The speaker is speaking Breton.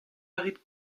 rit